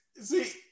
See